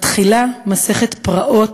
מתחילה מסכת פרעות,